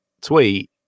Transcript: tweet